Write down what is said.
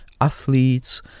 athletes